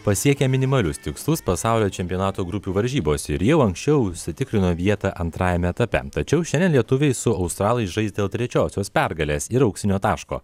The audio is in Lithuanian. pasiekė minimalius tikslus pasaulio čempionato grupių varžybose ir jau anksčiau užsitikrino vietą antrajame etape tačiau šiandien lietuviai su australai žais dėl trečiosios pergalės ir auksinio taško